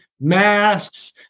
masks